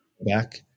back